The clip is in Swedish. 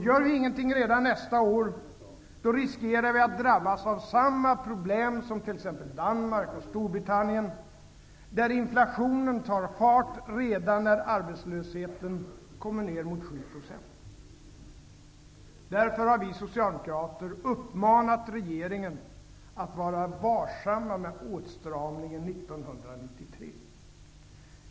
Gör vi ingenting redan nästa år, riskerar vi att drabbas av samma problem som t.ex. Danmark och Storbritannien, där inflationen tar fart redan när arbetslösheten kommer ner mot 7 %. Därför har vi socialdemokrater uppmanat regeringen att vara varsam med åtstramningen 1993.